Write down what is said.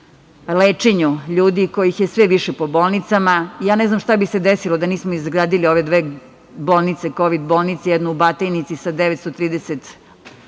lečenju ljudi kojih je sve više po bolnicama. Ne znam šta bi se desilo da nismo izgradili ove dve kovid bolnice, jednu u Batajnici sa 930 ležajeva,